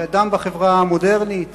כי אדם בחברה המודרנית